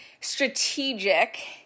strategic